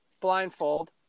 blindfold